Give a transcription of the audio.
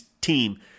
team